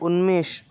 Unmesh